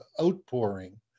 outpouring